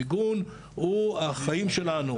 המיגון הוא החיים שלנו.